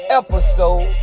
episode